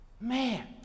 man